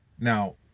Now